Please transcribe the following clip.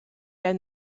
down